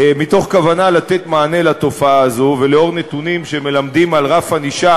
מתוך כוונה לתת מענה לתופעה הזו ולאור נתונים שמלמדים על רף ענישה,